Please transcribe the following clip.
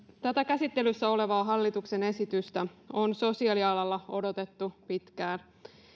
tätä käsittelyssä olevaa hallituksen esitystä on sosiaalialalla odotettu pitkään